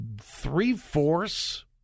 three-fourths